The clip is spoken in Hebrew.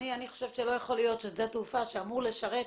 אני חושבת שלא יכול להיות ששדה תעופה שאמור לשרת